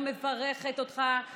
ומברכת אתכם היום,